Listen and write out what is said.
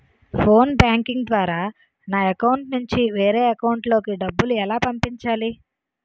Phone banking ద్వారా నా account నుంచి వేరే అకౌంట్ లోకి డబ్బులు ఎలా పంపించాలి?